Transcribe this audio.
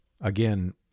again